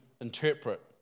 interpret